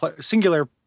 singular